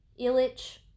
Illich